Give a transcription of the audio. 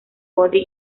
buddy